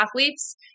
athletes